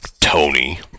Tony